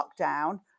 lockdown